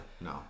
No